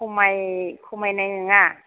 खमाय खमायनाय नङा